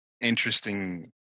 interesting